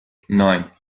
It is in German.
neun